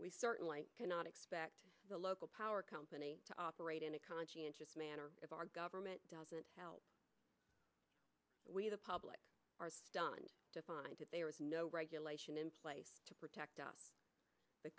we certainly cannot expect the local power company to operate in a conscientious manner of our government doesn't help we the public are stunned to find that there is no regulation in place to protect